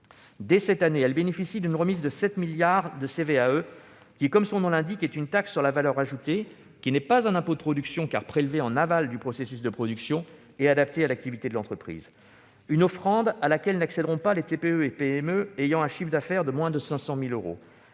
Dès cette année, les entreprises bénéficient d'une remise de 7 milliards d'euros de CVAE, prélèvement qui, comme son nom l'indique, est une taxe sur la valeur ajoutée, et non un impôt de production, car prélevé en aval du processus de production et adapté à l'activité de l'entreprise. Voilà une offrande à laquelle n'accéderont pas les TPE et PME dont le chiffre d'affaires est inférieur à 500 000 euros.